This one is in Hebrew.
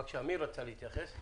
בבקשה, מי רצה להתייחס?